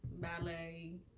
Ballet